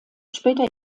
später